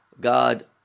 God